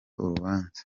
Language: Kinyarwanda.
urubanza